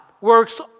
works